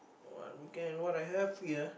what we can what I have here